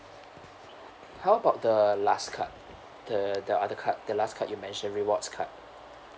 how about the last card the the other card the last card you mentioned rewards card